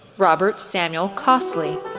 robert samuel costley,